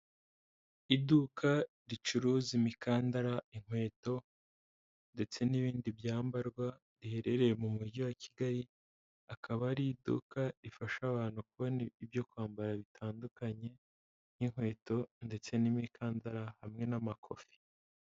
Iduka ricuruza imikandara, inkweto ndetse n'ibindi byambarwa, riherereye mu mujyi wa Kigali, akaba ari iduka rifasha abantu kubona ibyo kwambara bitandukanye, nk'inkweto ndetse n'imikandara hamwe n'amakofi.